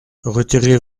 retirez